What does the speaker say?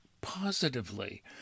positively